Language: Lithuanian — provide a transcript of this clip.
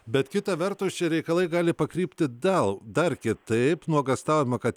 bet kita vertus čia reikalai gali pakrypti dal dar kitaip nuogąstaujama kad